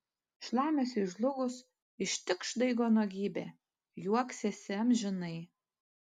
šlamesiui žlugus ištikš daigo nuogybė juoksiesi amžinai